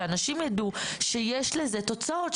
שאנשים יידעו שיש לזה תוצאות,